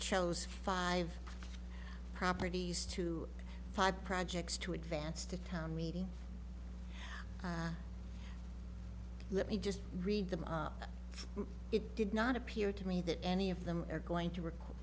chose five properties to five projects to advance to town meeting let me just read them it did not appear to me that any of them are going to re